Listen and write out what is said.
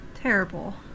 terrible